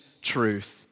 truth